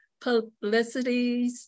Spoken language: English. publicities